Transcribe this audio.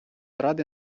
ради